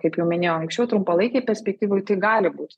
kaip jau minėjau anksčiau trumpalaikėj perspektyvoj tai gali būt